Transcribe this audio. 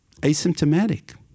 Asymptomatic